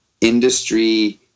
industry